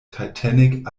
titanic